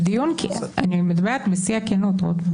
רוטמן, אני מדברת בשיא הכנות.